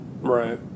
Right